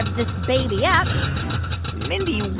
this baby up mindy,